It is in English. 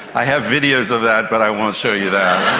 i have videos of that but i won't show you that.